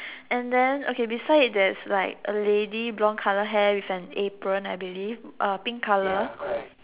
and then okay beside there's like a lady brown colour hair with an apron I believe and pink colour